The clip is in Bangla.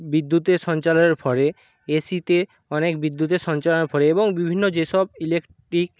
বিদ্যুতের সঞ্চারের ফলে এ সিতে অনেক বিদ্যুতের সঞ্চারের ফলে এবং বিভিন্ন যেসব ইলেকট্রিক